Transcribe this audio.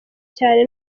cyane